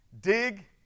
DIG